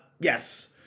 Yes